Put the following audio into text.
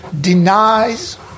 denies